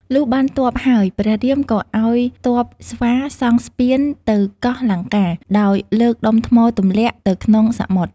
លុះបានទ័ពហើយ ព្រះរាមក៏ឱ្យទ័ពស្វាសង់ស្ពានទៅកោះលង្កា ដោយលើកដុំថ្មទម្លាក់ ទៅក្នុងសមុទ្រ។